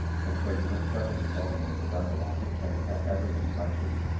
and so you must govern the volume of the dialogue and set every inflection,